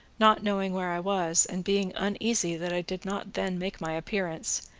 not knowing where i was, and being uneasy that i did not then make my appearance,